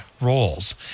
roles